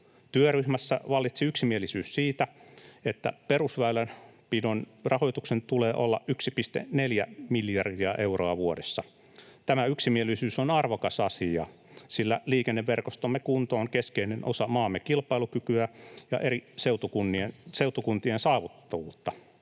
Työryhmässä vallitsi yksimielisyys siitä, että perusväylänpidon rahoituksen tulee olla 1,4 miljardia euroa vuodessa. Tämä yksimielisyys on arvokas asia, sillä liikenneverkostomme kunto on keskeinen osa maamme kilpailukykyä ja eri seutukuntien saavutettavuutta.